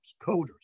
coders